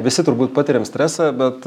visi turbūt patiriam stresą bet